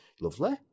lovely